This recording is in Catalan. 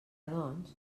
doncs